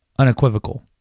unequivocal